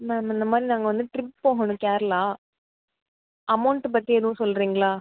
ma'am இந்தமாதிரி நாங்கள் வந்து ட்ரிப் போகணும் கேரளா அமௌண்ட்டு பற்றி எதுவும் சொல்கிறீங்களா